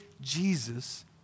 Jesus